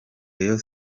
rayon